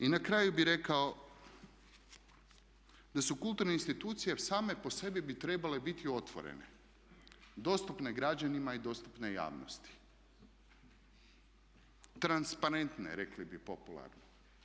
I na kraju bih rekao da su kulturne institucije same po sebi bi trebale biti otvorene, dostupne građanima i dostupne javnosti, transparentne rekli bi popularno.